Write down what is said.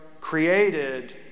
created